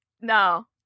no